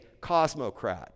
cosmocrat